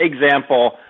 example